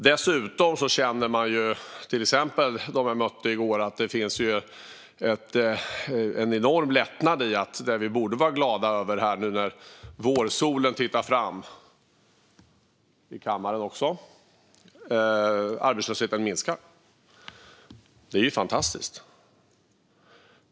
De jag mötte i går känner en enorm lättnad, nu när vårsolen tittar fram även i kammaren, för att arbetslösheten minskar. Det är fantastiskt.